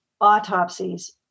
autopsies